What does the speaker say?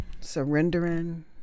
surrendering